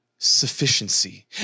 sufficiency